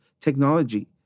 technology